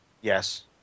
Yes